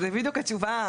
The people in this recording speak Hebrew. זו בדיוק התשובה,